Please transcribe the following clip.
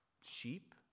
sheep